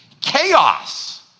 chaos